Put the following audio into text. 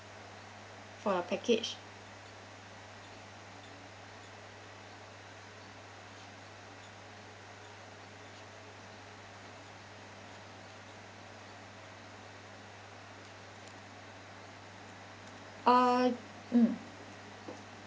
for the package uh mm